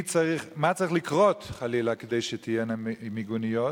2. מה צריך לקרות, חלילה, כדי שתהיינה מיגוניות?